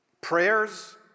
prayers